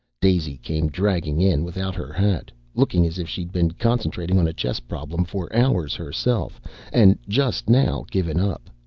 daisy came dragging in without her hat, looking as if she'd been concentrating on a chess problem for hours herself and just now given up.